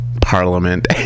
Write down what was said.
parliament